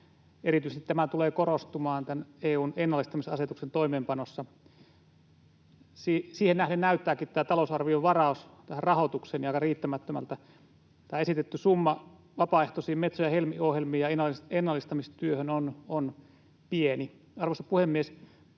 Erityisesti tämä tulee korostumaan EU:n ennallistamisasetuksen toimeenpanossa. Siihen nähden näyttääkin talousarvion varaus tähän rahoitukseen aika riittämättömältä. Tämä esitetty summa vapaaehtoisiin Metso- ja Helmi-ohjelmiin ja ennallistamistyöhön on pieni. Arvoisa puhemies!